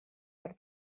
per